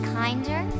kinder